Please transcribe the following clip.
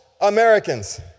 Americans